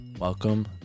welcome